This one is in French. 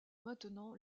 maintenant